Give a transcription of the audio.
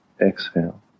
Exhale